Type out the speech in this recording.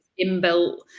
inbuilt